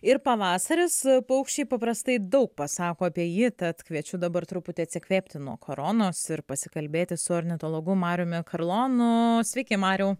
ir pavasaris paukščiai paprastai daug pasako apie jį tad kviečiu dabar truputį atsikvėpti nuo koronos ir pasikalbėti su ornitologu mariumi karlonu sveiki mariau